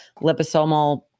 liposomal